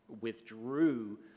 withdrew